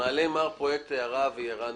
מעלה מר פרויקט הערה והיא הערה נכונה.